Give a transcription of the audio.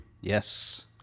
Yes